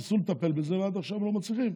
ניסו לטפל בזה ועד עכשיו לא מצליחים.